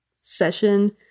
session